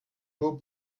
nur